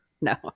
No